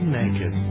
naked